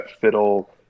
fiddle